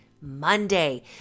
Monday